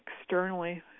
externally